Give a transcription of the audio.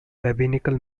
rabbinical